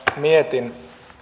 mietin